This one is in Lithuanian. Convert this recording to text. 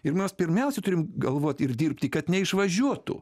ir mes pirmiausia turim galvoti ir dirbti kad neišvažiuotų